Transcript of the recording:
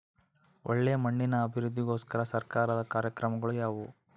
ಒಳ್ಳೆ ಮಣ್ಣಿನ ಅಭಿವೃದ್ಧಿಗೋಸ್ಕರ ಸರ್ಕಾರದ ಕಾರ್ಯಕ್ರಮಗಳು ಯಾವುವು?